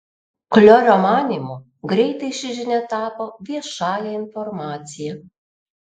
kliorio manymu greitai ši žinia tapo viešąja informacija